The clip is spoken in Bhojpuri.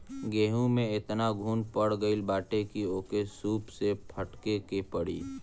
गेंहू में एतना घुन पड़ गईल बाटे की ओके सूप से फटके के पड़ी